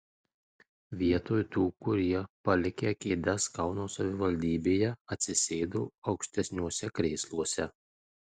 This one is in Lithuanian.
vietoj tų kurie palikę kėdes kauno savivaldybėje atsisėdo aukštesniuose krėsluose